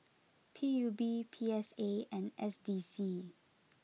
P U B P S A and S D C